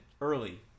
early